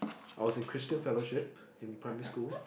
I was in Christian fellowship in primary school